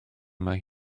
mae